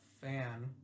fan